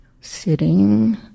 sitting